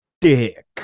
Dick